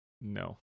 no